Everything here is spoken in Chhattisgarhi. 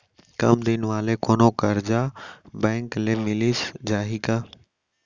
कम दिन वाले कोनो करजा बैंक ले मिलिस जाही का?